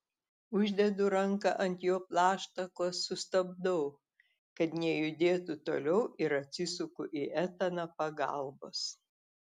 uždedu ranką ant jo plaštakos sustabdau kad nejudėtų toliau ir atsisuku į etaną pagalbos